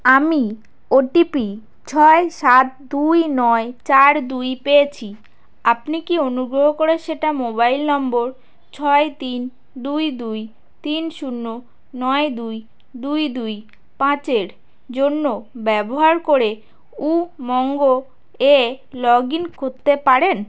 আমি O T P ছয় সাত দুই নয় চার দুই পেয়েছি আপনি কি অনুগ্রও করে সেটা মোবাইল নম্বর ছয় তিন দুই দুই তিন শূন্য নয় দুই দুই দুই পাঁচের জন্য ব্যবহার করে উমঙ্গ এ লগ ইন করতে পারেন